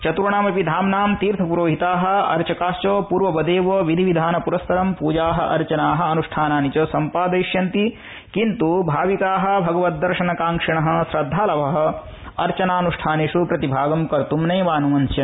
चत्र्णामपि धाम्ना तीर्थपुरोहिता अर्चकाश्च पूर्ववदेव विधि विधान पुरस्सरं पूजा अर्चना अन्ष्ठानानि च सम्पादयिष्यन्ति किन्त् भाविका भगवद्दर्शन कांक्षिण श्रद्धालव अर्चनानुष्ठानेषु प्रतिभागं कर्तु नैवानुमंस्यन्ते